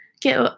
get